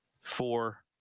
four